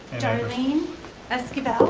darlene esquivel,